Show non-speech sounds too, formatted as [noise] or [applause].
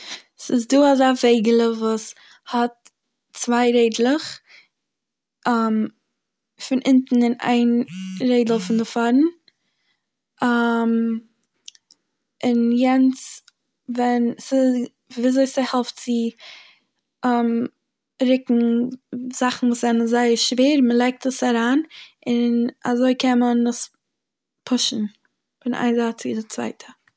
ס'איז דא אזא וועגעלע וואס האט צוויי רעדלעך [hesitation] פון אינטן און איין [noise] רעדל פון די פארנט, [hesitation] און יענץ ווען ס'איז וויזוי ס'העלפט צו [hesitation] ריקן ד- זאכן וואס זענען זייער שווער? מ'לייגט עס אריין און אזוי קען מען עס פושן פון איין זייט צו די צווייטע.